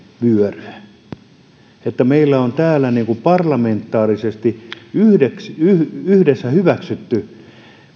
vyöryä että meillä on täällä parlamentaarisesti yhdessä hyväksytty